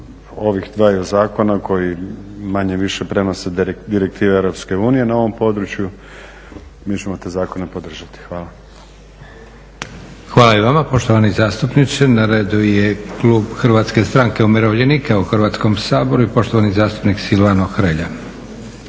ovih dvaju zakona koji manje-više prenose direktive EU na ovom području, mi ćemo te zakone podržati. Hvala. **Leko, Josip (SDP)** Hvala i vama poštovani zastupniče. Na redu je klub Hrvatske stranke umirovljenika u Hrvatskom saboru i poštovani zastupnik Silvano Hrelja.